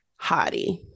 hottie